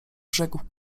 rzekł